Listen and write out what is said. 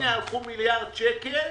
הנה הלכו מיליארד שקל